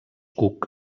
cook